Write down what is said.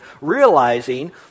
realizing